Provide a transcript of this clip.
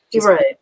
Right